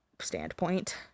standpoint